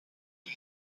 kan